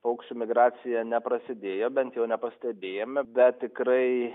paukščių migracija neprasidėjo bent jau nepastebėjome bet tikrai